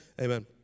Amen